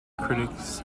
critics